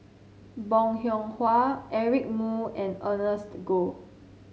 Bong Hiong Hwa Eric Moo and Ernest Goh